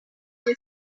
chip